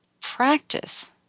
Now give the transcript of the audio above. practice